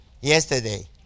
yesterday